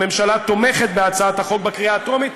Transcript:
הממשלה תומכת בהצעת החוק בקריאה טרומית.